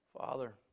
Father